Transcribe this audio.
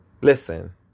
listen